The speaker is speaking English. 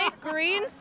green